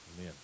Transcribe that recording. amen